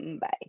Bye